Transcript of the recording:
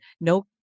no